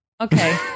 Okay